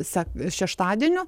sa šeštadienio